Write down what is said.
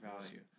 value